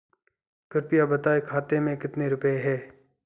कृपया बताएं खाते में कितने रुपए हैं?